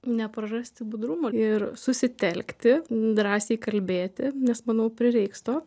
neprarasti budrumo ir susitelkti drąsiai kalbėti nes manau prireiks to